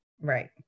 right